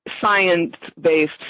science-based